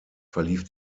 verlief